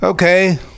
Okay